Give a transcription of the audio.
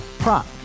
Prop